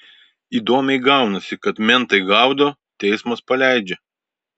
įdomiai gaunasi kad mentai gaudo teismas paleidžia